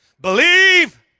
believe